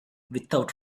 without